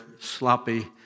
sloppy